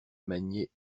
maniait